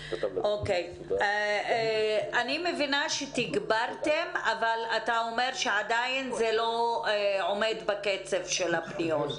אני מבינה שתגברתם אבל אתה אומר שעדיין זה לא עומד בקצב של הפניות.